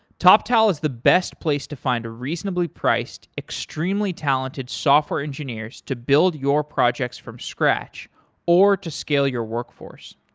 toptal is the best place to find reasonably priced, extremely talented software engineers to build your projects from scratch or to skill your workforce.